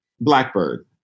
Blackbird